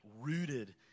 rooted